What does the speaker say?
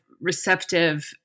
receptive